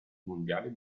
mondiali